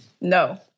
No